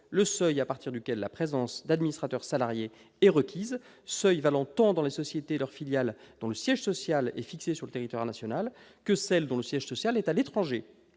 le seuil à partir duquel la présence d'administrateurs salariés est requise, seuil valant tant dans les sociétés et leurs filiales dont le siège social est fixé sur le territoire national que dans celles dont le siège social est à l'étranger.